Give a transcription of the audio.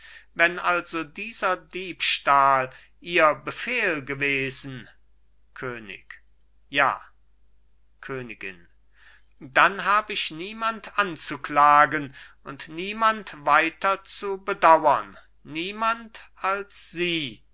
wenn also dieser diebstahl ihr befehl gewesen könig ja königin dann hab ich niemand anzuklagen und niemand weiter zu bedauern niemand als sie